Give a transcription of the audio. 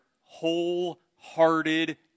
wholehearted